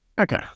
Okay